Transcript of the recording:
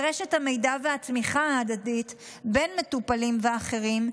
רשת המידע והתמיכה ההדדית בין מטופלים ואחרים,